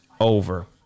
over